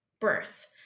birth